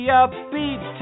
upbeat